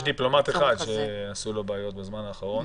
יש דיפלומט אחד שעשו לו בעיות בזמן האחרון.